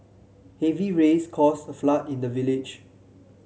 heavy rains caused a flood in the village